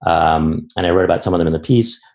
um and i worry about some of them in the piece.